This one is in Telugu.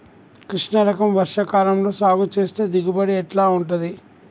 కృష్ణ రకం వర్ష కాలం లో సాగు చేస్తే దిగుబడి ఎట్లా ఉంటది?